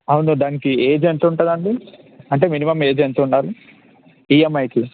అవును దానికి ఏజ్ ఎంత ఉంటుందండి అంటే మినిమమ్ ఏజ్ ఎంత ఉండాలి ఈఎంఐకి